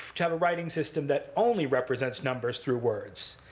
to have a writing system that only represents numbers through words.